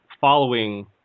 following